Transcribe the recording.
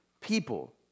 people